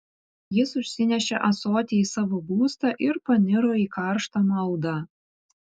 jis užsinešė ąsotį į savo būstą ir paniro į karštą maldą